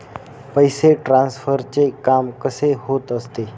पैसे ट्रान्सफरचे काम कसे होत असते?